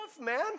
man